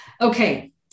Okay